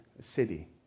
city